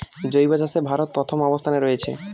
জৈব চাষে ভারত প্রথম অবস্থানে রয়েছে